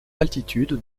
altitude